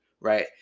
right